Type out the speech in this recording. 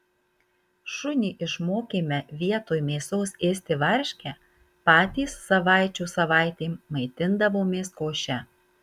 šunį išmokėme vietoj mėsos ėsti varškę patys savaičių savaitėm maitindavomės koše